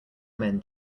men